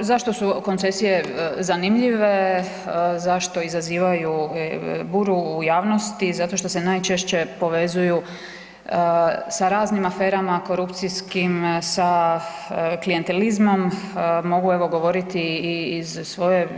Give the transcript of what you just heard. Zašto su koncesije zanimljive, zašto izazivaju butu u javnosti, zato što se najčešće povezuju sa raznim aferama korupcijskim, sa klijentelizmom, mogu evo govoriti i iz svoje